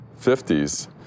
50s